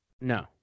No